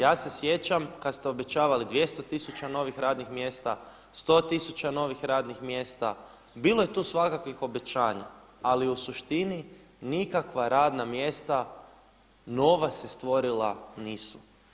Ja se sjećam kada ste obećavali 200 tisuća novih radnih mjesta, 100 tisuća novih radnih mjesta, bilo je tu svakakvih obećanja ali u suštini nikakva radna mjesta nova se stvorila nisu.